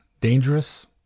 dangerous